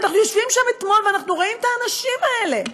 אנחנו יושבים שם אתמול ואנחנו רואים את האנשים האלה,